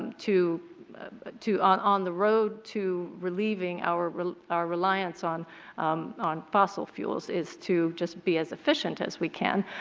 to to on on the road to relieving our our reliance on on fossil fuels is to just be as efficient as we can.